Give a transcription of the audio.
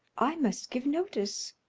i must give notice.